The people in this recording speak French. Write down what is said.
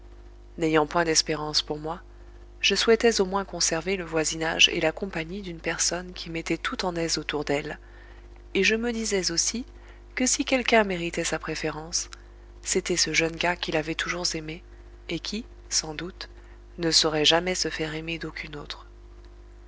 n'ayant point d'espérance pour moi je souhaitais au moins conserver le voisinage et la compagnie d'une personne qui mettait tout en aise autour d'elle et je me disais aussi que si quelqu'un méritait sa préférence c'était ce jeune gars qui l'avait toujours aimée et qui sans doute ne saurait jamais se faire aimer d'aucune autre